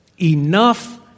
enough